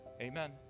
amen